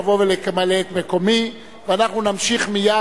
לבוא ולמלא את מקומי ואנחנו נמשיך מייד.